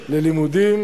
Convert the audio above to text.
ללימודים,